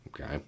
okay